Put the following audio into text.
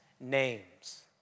names